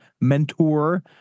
mentor